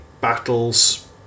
battles